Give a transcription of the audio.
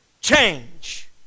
change